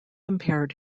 impaired